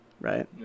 right